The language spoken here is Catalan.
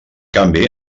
canvi